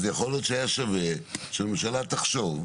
אז יכול להיות שהיה שווה שהממשלה תחשוב אולי,